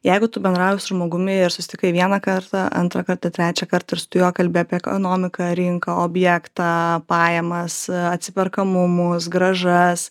jeigu tu bendrauji su žmogumi ir susitikai vieną kartą antrą kartą trečią kartą ir tu su juo kalbi apie ekonomiką rinką objektą pajamas atsiperkamumus grąžas